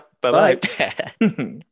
Bye-bye